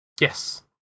Yes